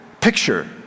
picture